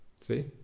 See